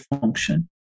function